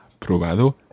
probado